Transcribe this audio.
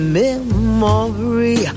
memory